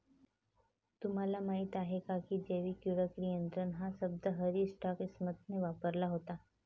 तुम्हाला माहीत आहे का की जैविक कीटक नियंत्रण हा शब्द हॅरी स्कॉट स्मिथने वापरला होता?